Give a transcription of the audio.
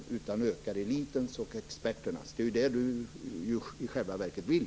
Det ökar elitens och experternas inflytande, och det är ju vad Carl B Hamilton i själva verket vill.